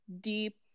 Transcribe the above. deep